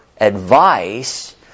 advice